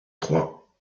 trois